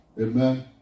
Amen